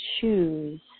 choose